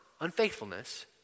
unfaithfulness